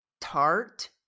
Tart